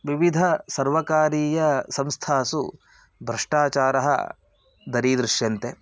विविधसर्वकारीयसंस्थासु भ्रष्टाचारः दरीदृश्यन्ते